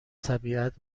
طبیعت